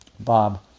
bob